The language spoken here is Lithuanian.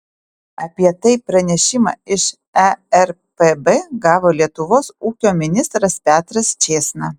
apie tai pranešimą iš erpb gavo lietuvos ūkio ministras petras čėsna